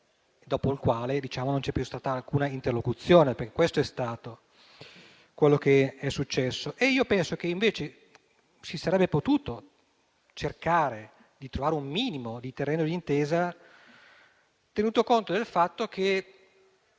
dopo il quale non c'è più stata alcuna interlocuzione, perché questo è stato quello che è successo. Penso invece che si sarebbe potuto cercare di trovare un minimo di terreno d'intesa, tenuto conto del fatto che